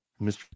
Mr